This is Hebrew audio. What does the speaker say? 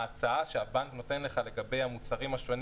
ההצעה שהבנק נותן לך לגבי המוצרים השונים